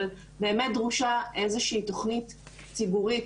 אבל באמת דרושה איזושהי תוכנית ציבורית